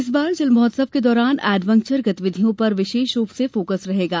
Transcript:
इस बार जल महोत्सव के दौरान एडवेंचर गतिविधियों पर विशेष रूप से फोकस रहेगा